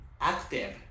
active